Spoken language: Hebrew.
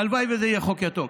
הלוואי שזה יהיה חוק יתום.